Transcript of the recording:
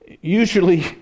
usually